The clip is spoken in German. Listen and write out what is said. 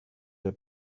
der